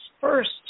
first